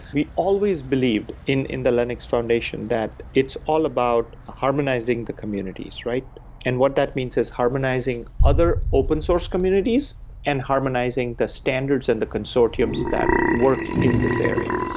we always believed in in the linux foundation that it's all about harmonizing the communities. and what that means is harmonizing other open source communities and harmonizing the standards and the consortiums that work in this area.